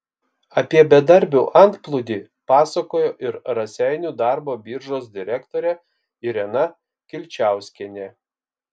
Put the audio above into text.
apie bedarbių antplūdį pasakojo ir raseinių darbo biržos direktorė irena kilčauskienė